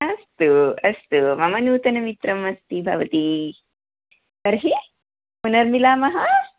अस्तु अस्तु मम नूतनमित्रम् अस्ति भवती तर्हि पुनर्मिलामः